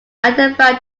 identify